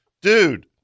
dude